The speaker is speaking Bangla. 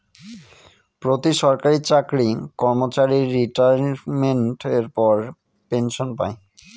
প্রতি সরকারি চাকরি কর্মচারী রিটাইরমেন্টের পর পেনসন পায়